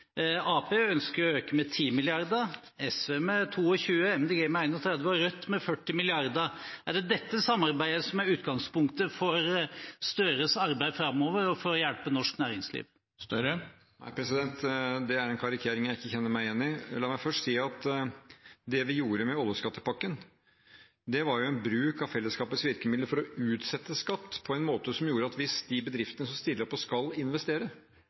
ønsker jo å øke med 10 mrd. kr, SV med 22 mrd. kr, Miljøpartiet De Grønne med 31 mrd. kr og Rødt med 40 mrd. kr. Er det dette samarbeidet som er utgangspunktet for Gahr Støres arbeid framover og for å hjelpe norsk næringsliv? Nei, det er en karikering jeg ikke kjenner meg igjen i. La meg først si at det vi gjorde med oljeskattepakken, var å bruke av fellesskapets virkemidler for å utsette skatt på en måte som gjorde at de bedriftene som stiller opp og skal investere,